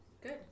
Good